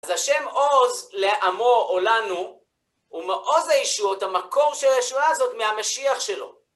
אז השם עוז, לעמו או לנו, הוא מעוז הישועות, המקור של הישועה הזאת, מהמשיח שלו.